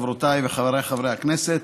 חברותיי וחבריי חברי הכנסת,